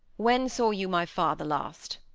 when saw you my father last?